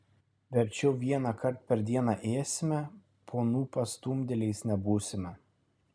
verčiau vienąkart per dieną ėsime ponų pastumdėliais nebūsime